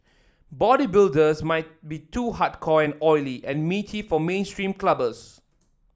bodybuilders might be too hardcore and oily and meaty for mainstream clubbers